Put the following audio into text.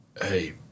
hey